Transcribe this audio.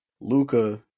Luca